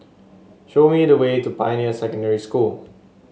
show me the way to Pioneer Secondary School